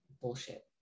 bullshit